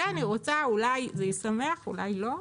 אולי זה ישמח ואולי לא,